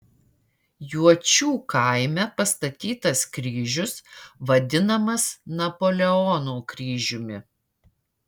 juočių kaime pastatytas kryžius vadinamas napoleono kryžiumi